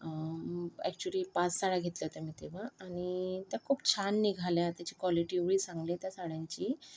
actually पाच साड्या घेतल्या होत्या मी तेव्हा आणि त्या खूप छान निघाल्या त्याची क्वालिटी एवढी चांगली आहे त्या साड्यांची